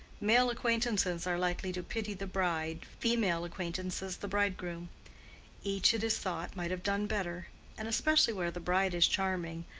male acquaintances are likely to pity the bride, female acquaintances the bridegroom each, it is thought, might have done better and especially where the bride is charming,